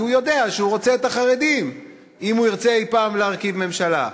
כי הוא יודע שהוא רוצה את החרדים אם הוא ירצה אי-פעם להרכיב ממשלה.